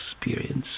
experience